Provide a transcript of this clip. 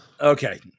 Okay